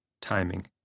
Timing